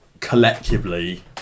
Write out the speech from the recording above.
collectively